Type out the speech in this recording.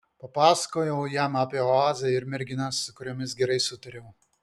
papasakojau jam apie oazę ir merginas su kuriomis gerai sutariau